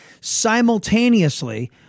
simultaneously